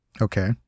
Okay